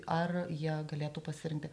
ar jie galėtų pasirinkti